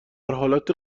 حالت